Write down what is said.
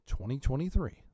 2023